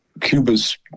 Cuba's